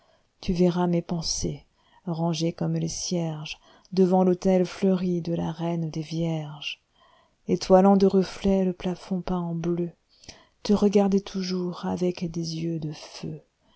tu verras mes pensers rangés comme les ciergesdevant l'autel fleuri de la reine des vierges éloilant de reflets le plafond peint en bleu te regarder toujours avec des yeux de feu